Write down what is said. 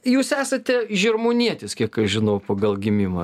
jūs esate žirmūnietis kiek aš žinau pagal gimimą